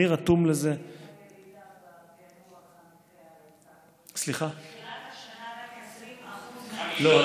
אני רתום לזה, מתחילת השנה רק 20% מהמקרים, לא.